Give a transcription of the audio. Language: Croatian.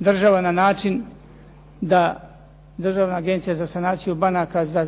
država na način da Državna agencija za sanaciju banaka za